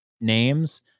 names